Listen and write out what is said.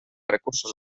recursos